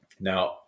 Now